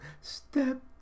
Step